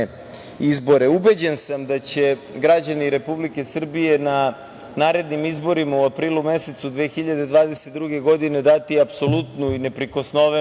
izbore. Ubeđen sam da će građani Republike Srbije na narednim izborima u aprilu mesecu 2022. godine dati apsolutnu i neprikosnovenu